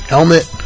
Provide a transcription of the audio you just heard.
Helmet